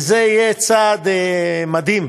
וזה יהיה צעד מדהים,